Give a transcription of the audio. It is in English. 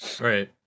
right